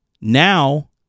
Now